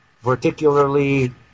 vertically